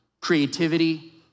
creativity